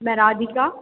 मैं राधिका